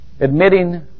Admitting